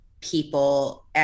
people